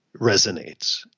resonates